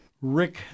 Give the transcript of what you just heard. rick